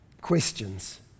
questions